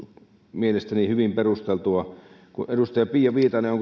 mielestäni hyvin perusteltua edustaja pia viitaselle on